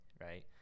right